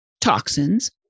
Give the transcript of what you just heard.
toxins